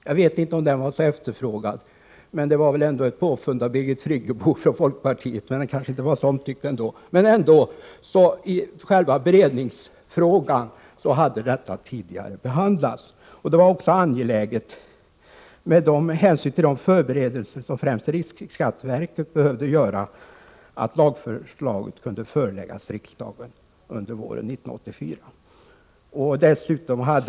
Inte heller den var väl särskilt efterfrågad — den var ju ett påfund av Birgit Friggebo från folkpartiet, men den var kanske inte så omtyckt i alla fall — men när det gäller själva beredningsfrågan hade ärendet ändå behandlats tidigare. Med hänsyn till de förberedelser som främst riksskatteverket behövde göra var det också angeläget att lagförslaget kunde föreläggas riksdagen under våren 1984.